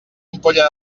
ampolla